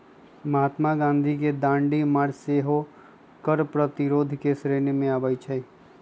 महात्मा गांधी के दांडी मार्च सेहो कर प्रतिरोध के श्रेणी में आबै छइ